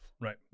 right